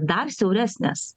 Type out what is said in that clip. dar siauresnės